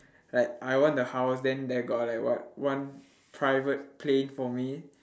like I want the house then there got like what one private plane for me